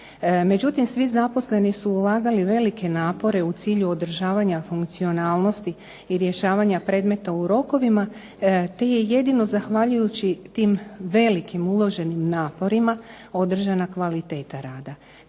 Međutim, svi zaposleni su ulagali velike napore u cilju održavanja funkcionalnosti i rješavanja predmeta u rokovima, te je jedino zahvaljujući tim velikim uloženim naporima održana kvaliteta rada.